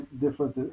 different